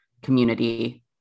community